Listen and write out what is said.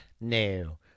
no